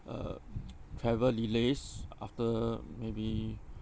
uh travel delays after maybe